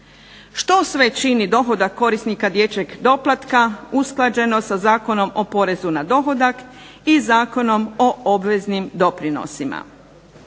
Što sve čini dohodak korisnika dječjeg doplatka, usklađeno sa Zakonom o porezu na dohodak, i Zakonom o obveznim doprinosima.